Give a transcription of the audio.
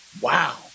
Wow